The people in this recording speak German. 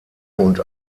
und